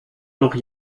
noch